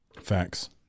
Facts